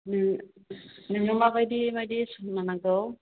नों नोंनो माबादि बादि स'ना नांगौ